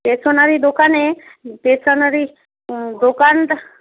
stationery দোকানে stationery দোকানটা